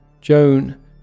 Joan